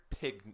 pig